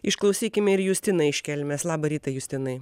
išklausykim ir justiną iš kelmės labą rytą justinai